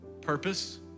purpose